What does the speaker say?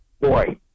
boy